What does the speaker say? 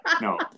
no